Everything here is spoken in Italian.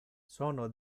sono